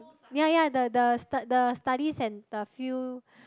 ya ya the the the the studies and the field